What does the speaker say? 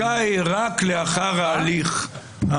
הוא זכאי רק לאחר ההליך הפלילי.